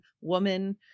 woman